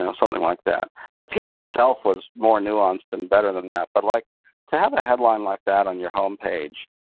and something like that. and the piece itself was more nuanced and better than that, but like to have a headline like that on your home page,